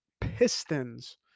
Pistons